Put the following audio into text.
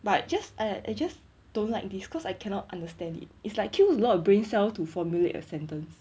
but just I I just don't like this cause I cannot understand it is like kill a lot of brain cells to formulate a sentence